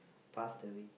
passed away